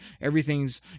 everything's